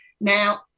Now